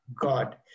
God